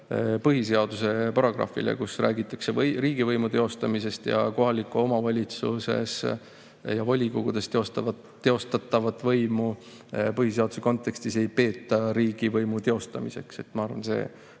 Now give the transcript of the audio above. põhiseaduse paragrahvile, kus räägitakse riigivõimu teostamisest, ja kohalikus omavalitsuses ja volikogudes teostatavat võimu põhiseaduse kontekstis ei peeta riigivõimu teostamiseks. Ma arvan, et see